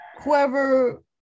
whoever